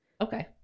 okay